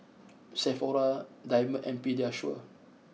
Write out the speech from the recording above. Sephora Diamond and Pediasure